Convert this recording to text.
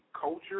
culture